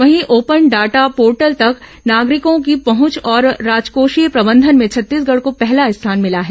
वहीं open data portal तक नागरिकों की पहंच और राजकोषीय प्रबंधन में छत्तीसगढ़ को पहला स्थान मिला है